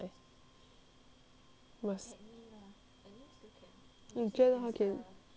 must 你觉得他可以